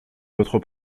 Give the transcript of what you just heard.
votre